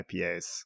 IPAs